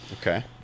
okay